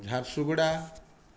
Jharsuguda